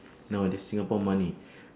nowadays singapore money